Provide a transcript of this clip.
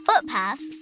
footpaths